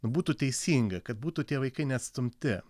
būtų teisinga kad būtų tie vaikai neatstumti